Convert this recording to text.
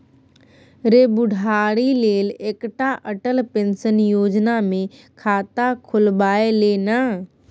रे बुढ़ारी लेल एकटा अटल पेंशन योजना मे खाता खोलबाए ले ना